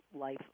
life